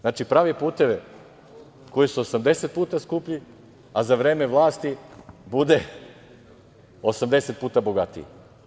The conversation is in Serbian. Znači, pravi puteve koji su 80 puta skuplji, a za vreme vlasti bude 80 puta bogatiji.